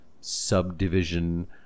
subdivision